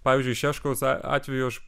pavyzdžiui šeškaus atveju aš